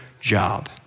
job